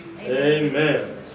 Amen